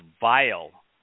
vile